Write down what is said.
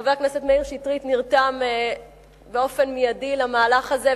חבר הכנסת מאיר שטרית נרתם באופן מיידי למהלך הזה,